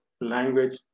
language